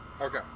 Okay